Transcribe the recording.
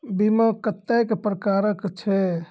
बीमा कत्तेक प्रकारक छै?